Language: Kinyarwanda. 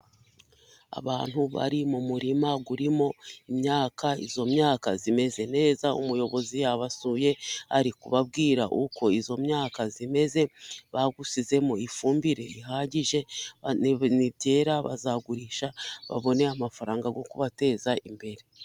Abantu bari mu murima urimo imyaka, iyo myaka imeze neza, umuyobozi yabasuye ari kubababwira, uko iyo myaka imeze, bawusizemo ifumbire rihagije, nibyera bazagurisha babone amafaranga, yo kubateza imbere.